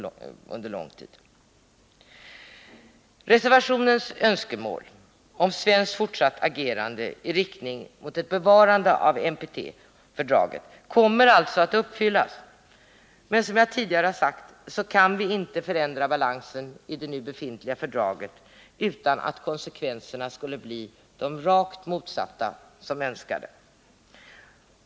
Önskemålet i reservationen om fortsatt svenskt agerande i riktning mot ett bevarande av NPT-fördraget kommer alltså att uppfyllas, men som jag tidigare har sagt kan vi inte ändra balansen i det nu befintliga fördraget utan att konsekvenserna skulle bli rakt motsatta de önskade.